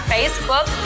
Facebook